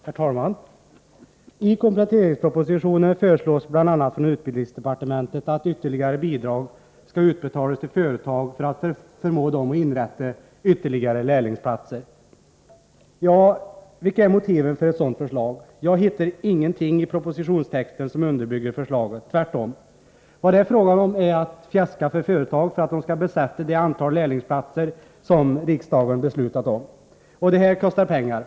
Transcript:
Herr talman! I kompletteringspropositionen föreslås bl.a. från utbildningsdepartementet att ytterligare bidrag skall utbetalas till företag för att förmå dem att inrätta ytterligare lärlingsplatser. Vilka är motiven för ett sådant förslag? Jag hittar inte något som underbygger förslaget i propositionstexten, tvärtom! Vad det är fråga om är att fjäska för företag för att de skall besätta det antal lärlingsplatser som riksdagen beslutat om. Och det här kostar pengar.